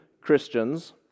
Christians